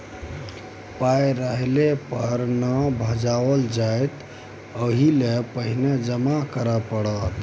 पाय रहले पर न भंजाओल जाएत ओहिलेल पहिने जमा करय पड़त